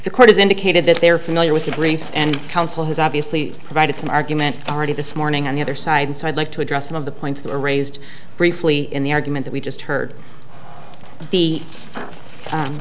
the court has indicated that they are familiar with the briefs and counsel has obviously provided some argument already this morning on the other side so i'd like to address some of the points that were raised briefly in the argument we just heard the